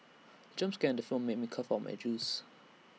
jump scare in the film made me cough out my juice